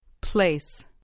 Place